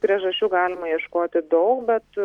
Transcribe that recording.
priežasčių galima ieškoti daug bet